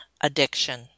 addiction